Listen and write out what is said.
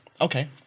Okay